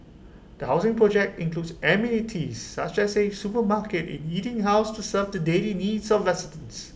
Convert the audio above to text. the housing project includes amenities such as A supermarket and eating house to serve the daily needs of residents